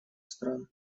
стран